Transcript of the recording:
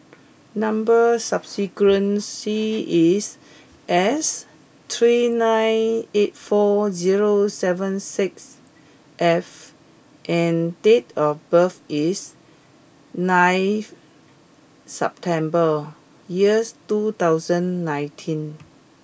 number sequence is S three nine eight four zero seven six F and date of birth is nine September years two thousand nineteen